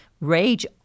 Rage